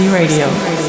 Radio